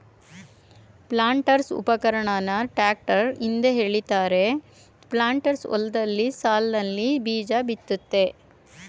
ಪ್ಲಾಂಟರ್ಸ್ಉಪಕರಣನ tractor ಹಿಂದೆ ಎಳಿತಾರೆ planters ಹೊಲ್ದಲ್ಲಿ ಸಾಲ್ನಲ್ಲಿ ಬೀಜಬಿತ್ತುತ್ತೆ